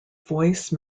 voice